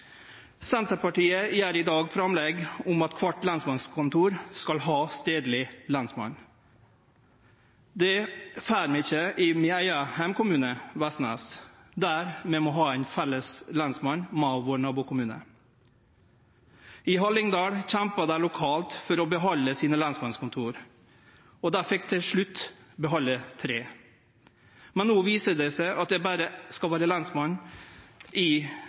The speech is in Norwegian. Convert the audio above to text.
Senterpartiet gjer i dag framlegg om at kvart lensmannskontor skal ha stadleg lensmann. Det får vi ikkje i min eigen heimekommune Vestnes, der vi må ha ein felles lensmann med nabokommunen. I Hallingdal kjempa dei lokalt for å behalde lensmannskontora. Dei fekk til slutt behalde tre, men no viser det seg at det berre skal vere ein lensmann i